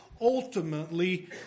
ultimately